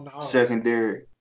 secondary